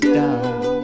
down